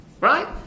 right